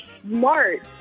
smart